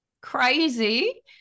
crazy